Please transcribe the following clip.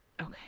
Okay